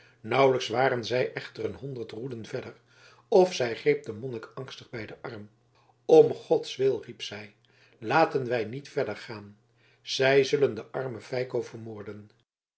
nauwelijks waren zij echter een honderd roeden verder of zij greep den monnik angstig bij den arm om gods wil riep zij laten wij niet verder gaan zij zullen den armen feiko vermoorden